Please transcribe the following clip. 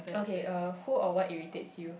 okay who a white irritate you